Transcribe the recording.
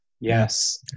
Yes